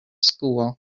school